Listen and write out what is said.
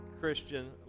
Christian